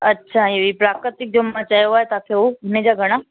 अछा हे ताक़त जो मां चयो आहे तव्हांखे उन जा घणा